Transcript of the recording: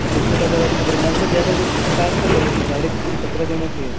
यार इसमें तो अगर मेंबर ज़्यादा हो गए तो उसका चार्ज थोड़ी ना लगेगा गाड़ी तो पूरी सत्रह जनो की है